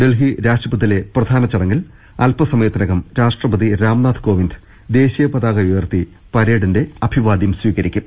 ഡൽഹി രാജ്പഥിലെ പ്രധാന ചടങ്ങിൽ അൽപ്പസമയത്തിനകം രാഷ്ട്രപതി രാംനാഥ് കോവിന്ദ് ദേശീയപതാക ഉയർത്തി പരേഡിന്റെ അഭിവാദ്യം സ്വീകരിക്കും